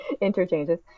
interchanges